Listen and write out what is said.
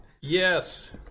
yes